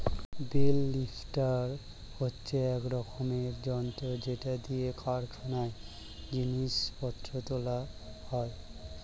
bell lifter হচ্ছে এক রকমের যন্ত্র যেটা দিয়ে কারখানায় জিনিস পত্র তোলা হয়